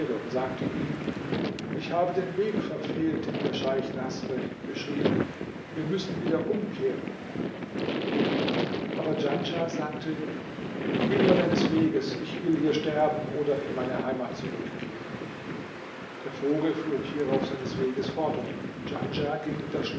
und sagte ihm ich habe den weg verfehlt den mir scheich naßr beschrieben wir müssen wieder umkehren aber djanschah sagte geh nur deines weges ich will hier sterben oder in meine heimat zurückkehren der vogel flog hierauf seines weges fort und djanschah ging